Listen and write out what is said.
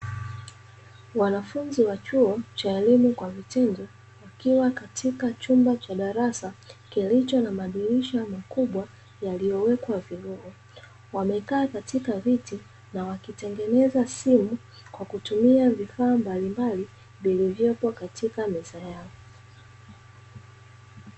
Wanafunzi wa chuo cha elimu kwa vitendo, wakiwa katika chumba cha darasa kilicho na madirisha makubwa yaliyowekwa viungo, wamekaa katika viti na wakitengeneza simu kwa kutumia vifaa mbalimbali vilivyopo katika meza yao.